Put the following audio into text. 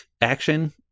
action